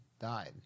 died